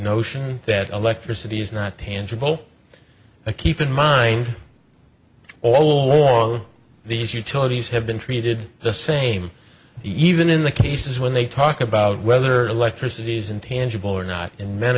notion that electricity is not tangible to keep in mind all along these utilities have been treated the same even in the cases when they talk about whether electricity's intangible or not and m